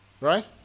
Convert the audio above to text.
Right